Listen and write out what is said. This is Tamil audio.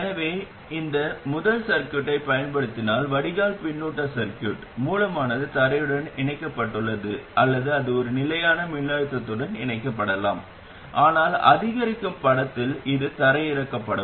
எனவே இந்த முதல் சர்க்யூட்டைப் பயன்படுத்தினால் வடிகால் பின்னூட்ட சர்கியூட் மூலமானது தரையுடன் இணைக்கப்பட்டுள்ளது அல்லது அது ஒரு நிலையான மின்னழுத்தத்துடன் இணைக்கப்படலாம் ஆனால் அதிகரிக்கும் படத்தில் இது தரையிறக்கப்படும்